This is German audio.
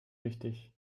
wichtig